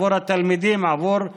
עבור התלמידים,